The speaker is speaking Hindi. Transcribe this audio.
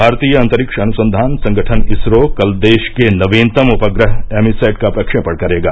भारतीय अंतरिक्ष अनुसंधान संगठन इसरो कल देश के नवीनतम उपग्रह एमीसैट का प्रक्षेपण करेगा